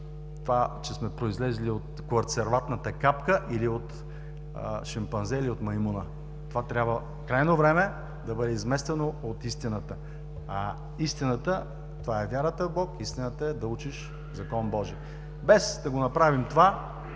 това, че сме произлезли от коацерватната капка или от шимпанзе, или от маймуна. Крайно време е това да бъде изместено от истината. А истината е вярата в Бог, истината е да учиш Закон Божи. Без да направим това,